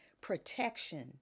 protection